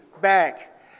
back